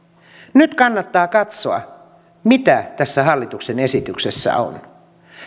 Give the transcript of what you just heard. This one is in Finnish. nyt kannattaa katsoa mitä tässä hallituksen esityksessä on